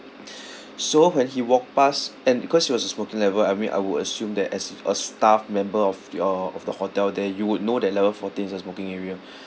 so when he walked pass and because it was a smoking level I mean I would assume that as a staff member of uh of the hotel there you would know that level fourteen is a smoking area